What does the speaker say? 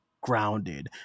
grounded